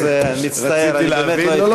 אה, אז מצטער, אני באמת לא התכוונתי.